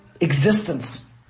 existence